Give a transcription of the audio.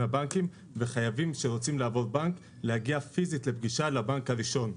הבנקים וחייבים כשרוצים לעבור בנק להגיע פיזית לפגישה בבנק הראשון.